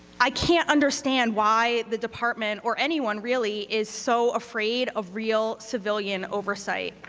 i can't understand why the department or anyone really is so afraid of real civilian oversight.